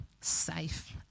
safe